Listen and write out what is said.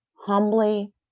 humbly